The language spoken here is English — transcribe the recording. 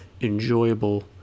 enjoyable